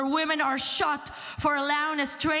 where women are shot for allowing a strand